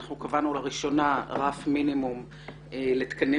אנחנו קבענו לראשונה רף מינימום לתקנים